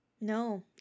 No